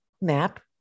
map